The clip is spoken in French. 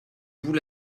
vous